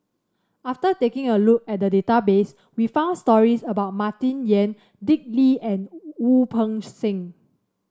after taking a look at the database we found stories about Martin Yan Dick Lee and Wu Peng Seng